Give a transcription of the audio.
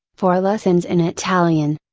for lessons in italian.